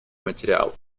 материалу